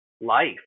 life